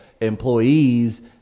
employees